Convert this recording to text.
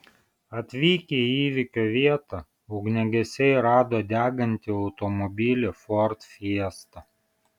atvykę į įvykio vietą ugniagesiai rado degantį automobilį ford fiesta